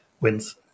wins